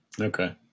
Okay